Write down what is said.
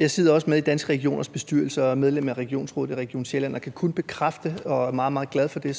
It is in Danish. Jeg sidder også med i Danske Regioners bestyrelse og er medlem af regionsrådet i Region Sjælland og kan kun bekræfte – og jeg er meget, meget glad for det,